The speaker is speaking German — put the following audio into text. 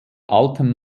altem